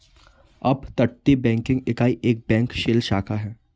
अपतटीय बैंकिंग इकाई एक बैंक शेल शाखा है